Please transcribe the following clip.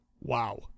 wow